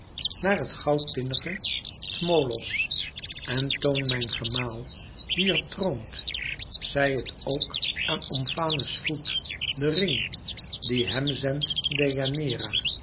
naar het goudtinnige tmolos en toon mijn gemaal die er troont zij het ook aan omfale's voet den ring dien hem zendt